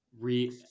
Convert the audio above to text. re